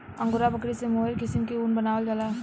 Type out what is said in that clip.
angora बकरी से mohair किसिम के ऊन बनावल जाला